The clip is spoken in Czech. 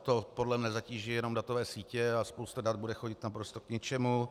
To podle mne zatíží jenom datové sítě a spousta dat bude chodit naprosto k ničemu.